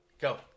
go